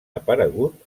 aparegut